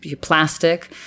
plastic